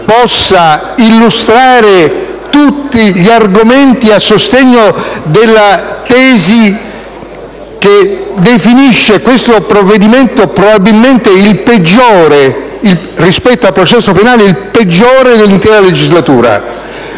debba illustrare tutti gli argomenti a sostegno della tesi che definisce questo provvedimento probabilmente il peggiore, rispetto al processo penale, dell'intera legislatura;